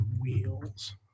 Wheels